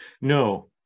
No